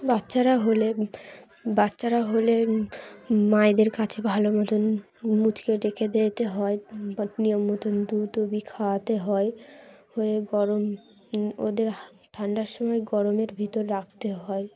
বাচ্চারা হলে বাচ্চারা হলে মায়েদের কাছে ভালো মতন মুছিয়ে রেখে দিতে হয় বা নিয়ম মতন দুধ খাওয়াতে হয় হয়ে গরম ওদের ঠান্ডার সময় গরমের ভিতর রাখতে হয়